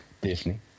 Disney